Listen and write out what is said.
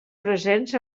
presents